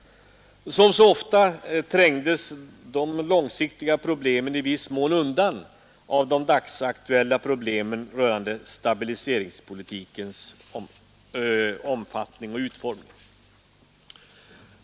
Som så ofta trängdes de långsiktiga problemen i viss mån undan av de dagsaktuella problemen rörande stabileringspolitikens omfattning och utformning.